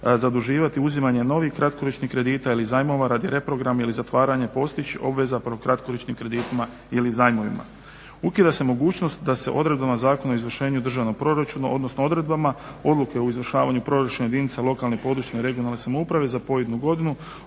zaduživati uzimanjem novih kratkoročnih kredita ili zajmova radi reprograma ili zatvaranja postojećih obveza po kratkoročnim kreditima ili zajmovima. Ukida se mogućnost da se odredbama Zakona o izvršenju državnog proračuna, odnosno odredbama odluke o izvršavanju proračuna jedinica lokalne i područne (regionalne) samouprave za pojedinu godinu